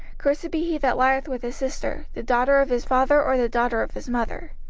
cursed be he that lieth with his sister, the daughter of his father, or the daughter of his mother.